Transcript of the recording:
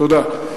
תודה.